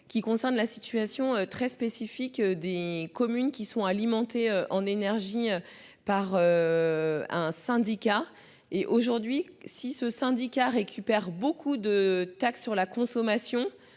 qui concerne la situation très spécifique des communes qui sont alimentés en énergie par. Un syndicat et aujourd'hui si ce syndicat récupère beaucoup de taxes sur la consommation.